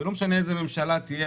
ולא משנה איזה ממשלה תהיה,